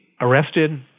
arrested